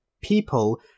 people